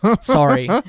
Sorry